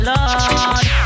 Lord